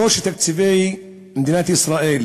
אפילו שתקציבי מדינת ישראל